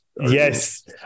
Yes